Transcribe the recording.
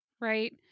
right